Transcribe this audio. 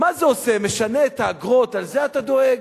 מה זה עושה, משנה את האגרות, על זה אתה דואג?